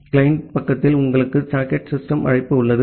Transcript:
client பக்கத்தில் உங்களுக்கு socket system அழைப்பு உள்ளது